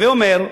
הווי אומר,